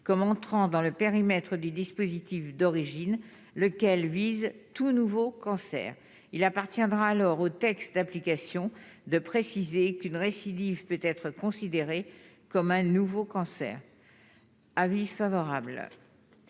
comme entrant dans le périmètre du dispositif d'origine, lequel vise tout nouveau cancer il appartiendra alors au texte d'application de préciser qu'une récidive, peut être considéré comme un nouveau cancer. Avis favorable